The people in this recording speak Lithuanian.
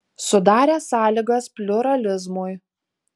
sudarė sąlygas pliuralizmui